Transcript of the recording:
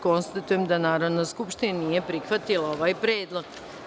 Konstatujem da Narodna skupština nije prihvatila ovaj predlog.